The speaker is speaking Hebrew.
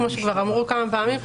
כמו שכבר אמרו כמה פעמים,